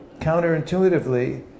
counterintuitively